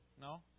No